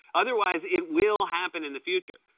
otherwise, it will happen in the future.